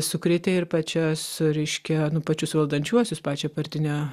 sukrėtė ir pačias reiškia pačius valdančiuosius pačią partinę